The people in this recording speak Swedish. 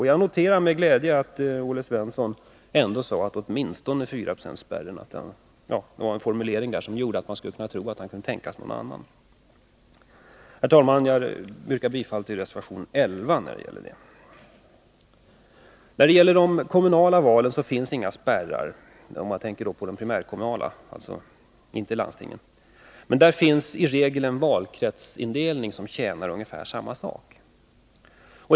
Jag noterar med glädje att det i Olle Svenssons anförande fanns en formulering som fick mig att tro att han åtminstone kan tänka sig en annan spärr än 4-procentsspärren. Herr talman! Jag yrkar bifall till reservation 11. I de primärkommunala valen finns det inga spärrar, men i regel en valkretsindelning som tjänar ungefär samma syfte.